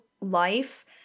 life